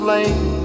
Lane